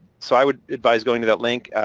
so i would advise going to that link.